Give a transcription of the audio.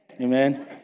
Amen